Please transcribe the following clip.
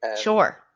Sure